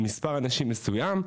על מספר אנשים מסוים.